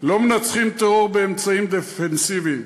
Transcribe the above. לא מנצחים טרור באמצעים דפנסיביים.